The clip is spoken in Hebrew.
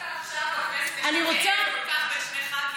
דווקא עכשיו בכנסת יש בין שני ח"כים.